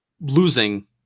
losing